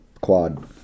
quad